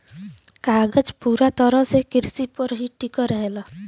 कागज पूरा तरह से किरसी पे ही टिकल रहेला